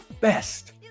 best